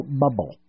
bubble